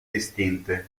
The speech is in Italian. distinte